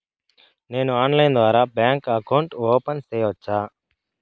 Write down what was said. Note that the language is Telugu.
నేను ఆన్లైన్ ద్వారా బ్యాంకు అకౌంట్ ఓపెన్ సేయొచ్చా?